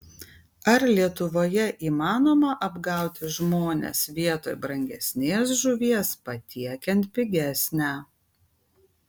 ar lietuvoje įmanoma apgauti žmones vietoj brangesnės žuvies patiekiant pigesnę